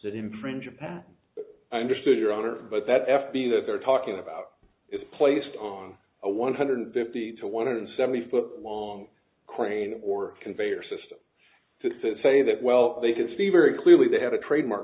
that infringe upon i understood your honor but that f b that they're talking about if placed on a one hundred fifty to one hundred seventy foot long crane or conveyor system to say that well they did see very clearly they have a trademark